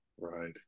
right